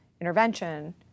intervention